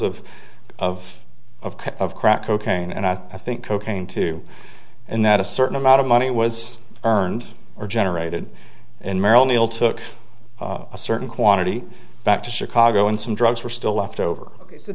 of of of of crack cocaine and i think cocaine too and that a certain amount of money was earned or generated in merrill neal took a certain quantity back to chicago and some drugs were still leftover